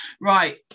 right